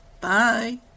Bye